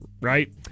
Right